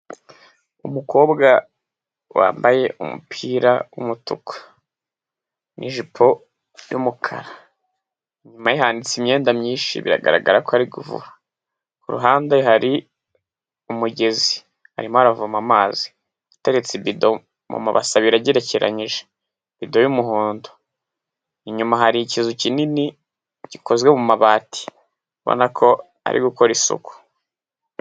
Umukobwa wambaye umupira w'umutuku n'ijipo y'umukara, inyuma ye hanitse imyenda myinshi biragaragara ko ari gufura, ku ruhande hari umugezi, arimo aravoma amazi ateretse ibido mu mabase abiri agerekeranije, ibido y'umuhondo, inyuma hari ikizu kinini gikozwe mu mabati, ubona ko ari gukora isuku.